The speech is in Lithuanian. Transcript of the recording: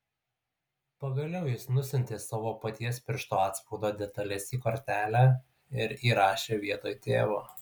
pagaliau jis nusiuntė savo paties piršto atspaudo detales į kortelę ir įrašė vietoj tėvo